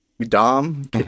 dom